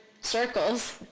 circles